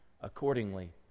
accordingly